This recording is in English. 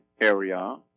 area